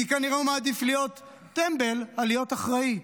כי כנראה הוא מעדיף להיות טמבל על להיות אחראי.